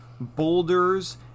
boulders